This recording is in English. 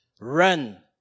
run